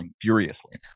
furiously